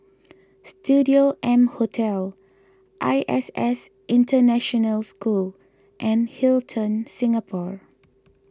Studio M Hotel I S S International School and Hilton Singapore